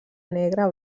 negre